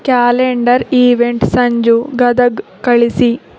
calendar event Sanju Gadag ಕಳಿಸಿ